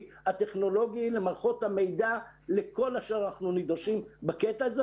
הטכנולוגי למערכות המידע לכל אשר אנחו ניגשים בקטע הזה,